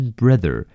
brother 。